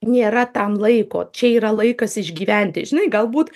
nėra tam laiko čia yra laikas išgyventi žinai galbūt